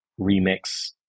remix